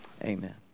amen